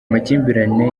amakimbirane